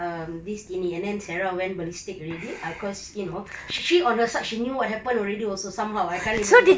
um this tini and then sarah went ballistic already ah cause you know she she on her side she knew what happened already also somehow I can't remember